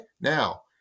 Now